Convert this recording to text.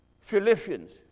Philippians